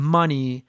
money